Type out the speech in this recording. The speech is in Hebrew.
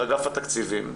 אגף התקציבים,